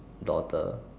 daughter